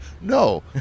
no